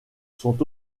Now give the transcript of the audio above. sont